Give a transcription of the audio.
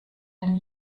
denn